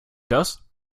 das